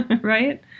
Right